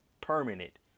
permanent